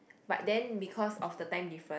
but then because of the time difference